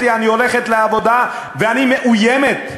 לי: אני הולכת לעבודה ואני מאוימת.